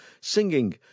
singing